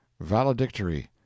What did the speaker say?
Valedictory